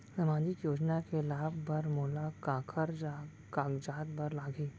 सामाजिक योजना के लाभ बर मोला काखर कागजात बर लागही?